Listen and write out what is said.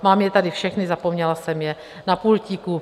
Mám je tady všechny, zapomněla jsem je na pultíku.